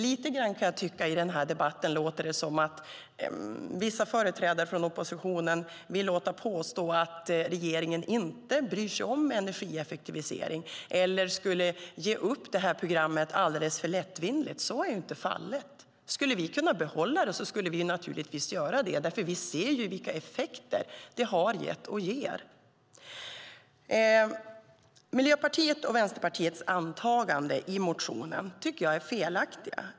Jag kan tycka att det låter lite grann i den här debatten som om vissa företrädare för oppositionen påstår att regeringen inte bryr sig om energieffektivisering eller skulle ge upp det här programmet alldeles för lättvindigt. Så är inte fallet. Vi skulle naturligtvis behålla det om vi kunde. Vi ser ju vilka effekter det har gett och ger. Jag tycker att Miljöpartiets och Vänsterpartiets antaganden i motionen är felaktiga.